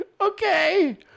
Okay